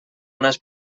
unes